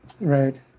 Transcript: Right